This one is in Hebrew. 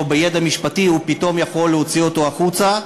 בידע משפטי הוא פתאום יכול להוציא אותו החוצה.